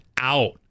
out